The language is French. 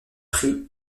prix